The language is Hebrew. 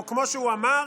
או, כמו שהוא אמר,